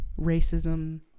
racism